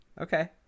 okay